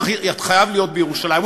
הוא חייב להיות בירושלים.